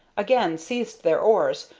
again seized their oars,